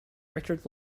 richard